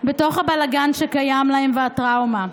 בתוך הבלגן שקיים להם והטראומה.